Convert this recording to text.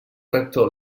rector